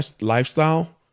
lifestyle